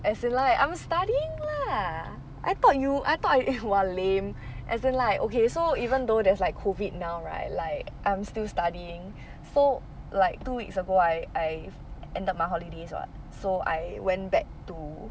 as in like I'm studying lah I thought you I thought !wah! lame as in like okay so even though there's like COVID now right like I'm still studying so like two weeks ago I I ended my holidays [what] so I went back to